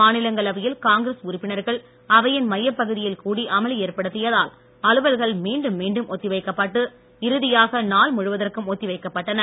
மாநிலங்களவையில் காங்கிரஸ் உறுப்பினர் காங்கிரஸ் உறுப்பினர்கள் அவையின் மையப்பகுதியில் கூடி அமளி ஏற்படுத்தியதால் அலுவல்கள் மீண்டும் மீண்டும் ஒத்திவைக்கப்பட்டு இறுதியாக நாள் முழுவதற்கும் ஒத்திவைக்கப்பட்டன